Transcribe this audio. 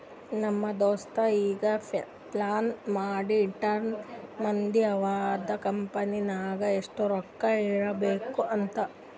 ನಮ್ ದೋಸ್ತ ಈಗೆ ಪ್ಲಾನ್ ಮಾಡಿ ಇಟ್ಟಾನ್ ಮುಂದ್ ಅವಂದ್ ಕಂಪನಿ ನಾಗ್ ಎಷ್ಟ ರೊಕ್ಕಾ ಇರ್ಬೇಕ್ ಅಂತ್